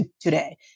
today